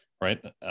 Right